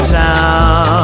town